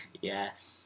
Yes